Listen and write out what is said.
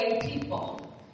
people